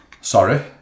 sorry